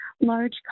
large